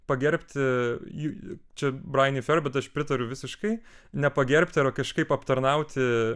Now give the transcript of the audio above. pagerbti jų čia braini ferbet bet aš pritariu visiškai ne pagerbti arba kažkaip aptarnauti